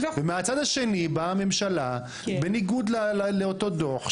ומהצד השני באה הממשלה בניגוד לאותו דו"ח,